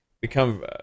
become